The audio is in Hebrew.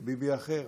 זה ביבי אחר.